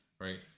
Right